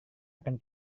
akan